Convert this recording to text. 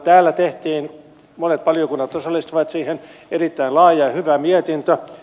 täällä tehtiin monet valiokunnat osallistuivat siihen erittäin laaja ja hyvä mietintö